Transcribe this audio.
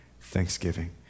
thanksgiving